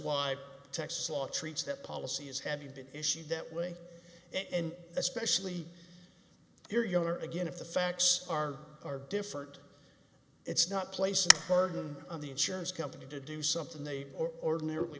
why texas law treats that policy is have you been issued that way and especially if you're younger again if the facts are are different it's not place pardon on the insurance company to do something they ordinarily